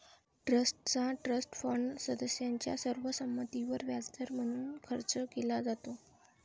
ट्रस्टचा trust fund सदस्यांच्या सर्व संमतीवर व्याजदर म्हणून खर्च केला जातो